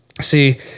see